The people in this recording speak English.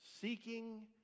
seeking